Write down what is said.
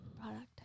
Product